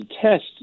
test